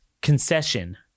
concession